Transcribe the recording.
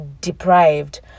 deprived